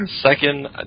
Second